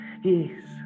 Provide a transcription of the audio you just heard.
Yes